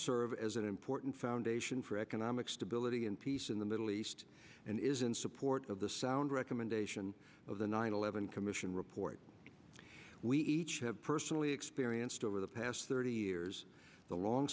serve as an important foundation for economic stability and peace in the middle east and is in support of the sound recommendation of the nine eleven commission report we each have personally experienced over the past thirty years the